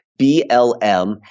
BLM